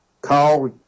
call